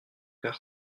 aux